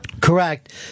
correct